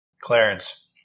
Clarence